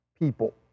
people